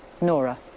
Nora